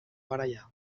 garaia